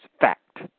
fact